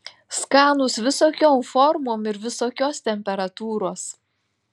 skanūs visokiom formom ir visokios temperatūros